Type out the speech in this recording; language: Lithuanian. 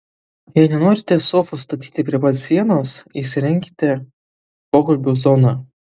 jei nenorite sofos statyti prie pat sienos įsirenkite pokalbių zoną